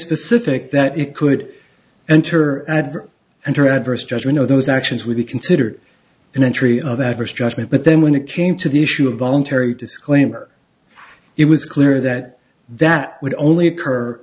specific that it could enter add and or adverse judgment or those actions would be considered an entry of adverse judgment but then when it came to the issue of voluntary disclaimer it was clear that that would only occur